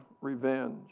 revenge